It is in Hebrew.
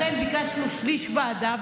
לכן ביקשנו שליש ועדה,